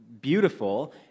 beautiful